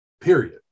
period